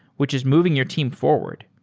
which is moving your team forward.